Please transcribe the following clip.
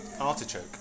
artichoke